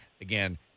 Again